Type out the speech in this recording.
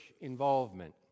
involvement